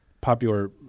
popular